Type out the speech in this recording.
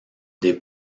des